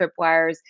tripwires